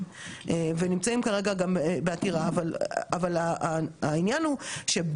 אבל העניין הוא שבטח ובטח שכאשר הכספים האלה,